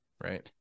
right